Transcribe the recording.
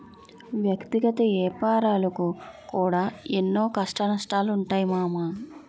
వ్యక్తిగత ఏపారాలకు కూడా ఎన్నో కష్టనష్టాలుంటయ్ మామా